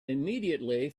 immediately